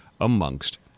amongst